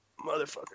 Motherfucker